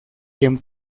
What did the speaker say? quien